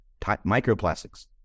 microplastics